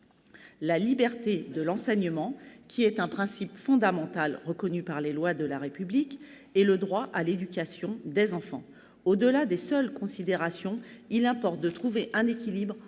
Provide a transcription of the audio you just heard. la liberté de l'enseignement- principe fondamental reconnu par les lois de la République -et le droit à l'éducation des enfants. Au-delà des seules considérations juridiques, il importe de trouver un équilibre